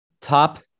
top